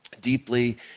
deeply